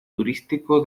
turístico